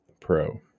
Pro